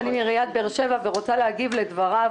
אני מעיריית באר שבע ורוצה להגיב לדבריו.